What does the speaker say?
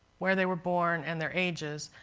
where they were born, and their ages.